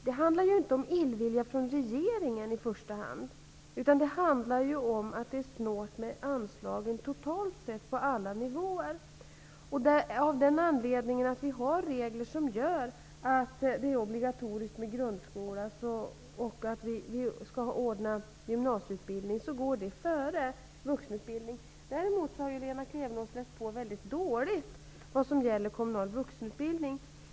Det handlar inte i första hand om illvilja från regeringen utan om att det är snålt med anslagen totalt sett, på alla nivåer. Eftersom vi har regler som innebär att grundskolan är obligatorisk och att gymnasieutbildning skall anordnas, går dessa utbildningsformer före vuxenutbildningen. Däremot har Lena Klevenås läst på mycket dåligt när det gäller kommunal vuxenutbildning.